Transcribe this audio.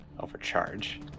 Overcharge